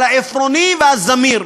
על ה"עפרוני" וה"זמיר".